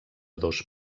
dos